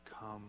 come